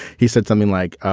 he said something like,